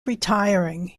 retiring